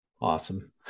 Awesome